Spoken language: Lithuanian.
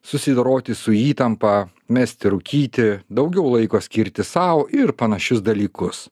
susidoroti su įtampa mesti rūkyti daugiau laiko skirti sau ir panašius dalykus